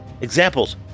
Examples